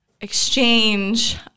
exchange